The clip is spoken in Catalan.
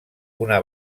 una